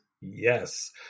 Yes